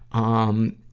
um,